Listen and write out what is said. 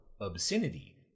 obscenity